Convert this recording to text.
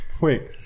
Wait